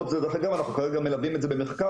דרך אגב אנחנו כרגע מלווים את זה במחקר